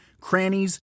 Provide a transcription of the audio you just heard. crannies